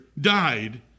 died